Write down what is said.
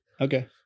Okay